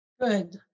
Good